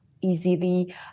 easily